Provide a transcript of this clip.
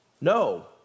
No